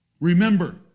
Remember